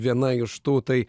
viena iš tų tai